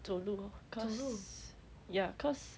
走路 cause ya cause